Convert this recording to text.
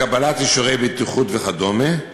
לקבלת אישורי בטיחות וכדומה,